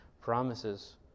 promises